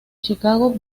chicago